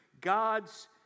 God's